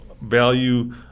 value